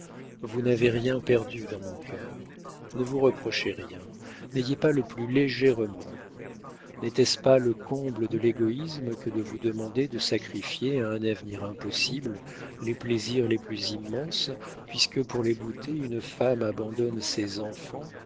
vous n'avez rien perdu dans mon cœur ne vous reprochez rien n'ayez pas le plus léger remords n'était-ce pas le comble de l'égoïsme que de vous demander de sacrifier à un avenir impossible les plaisirs les plus immenses puisque pour les goûter une femme abandonne ses enfants